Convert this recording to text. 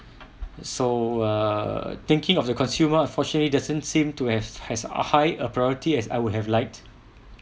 so err thinking of the consumer unfortunately doesn't seem to have has high uh priority as I would have liked